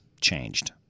changed